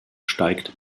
steigt